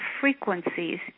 frequencies